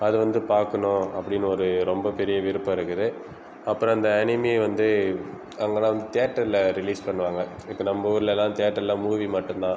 அதை வந்து பார்க்கணும் அப்படின்னு ஒரு ரொம்ப பெரிய விருப்பம் இருக்குது அப்புறோ அந்த அனிமியை வந்து அவங்களா வந்து தேட்டரில் ரிலீஸ் பண்ணுவாங்க இப்போ நம்ம ஊரில் எல்லாம் தேட்டரில் மூவி மட்டும் தான்